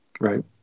Right